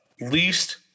least